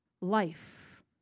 life